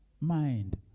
mind